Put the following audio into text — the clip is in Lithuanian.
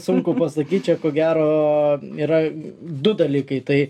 sunku pasakyt čia ko gero yra du dalykai tai